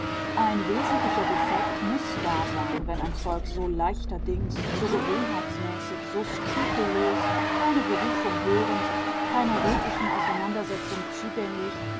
ein wesentlicher defekt muß da sein wenn ein volk so leichterdings so gewohnheitsmäßig so skrupellos keine berufung hörend keiner redlichen auseinandersetzung zugänglich